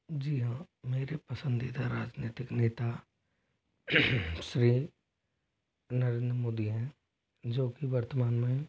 जी हाँ मेरे पसंदीदा राजनीतिक नेता श्री नरेंद्र मोदी हैं जो कि वर्तमान में